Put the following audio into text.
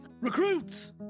Recruits